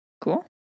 Cool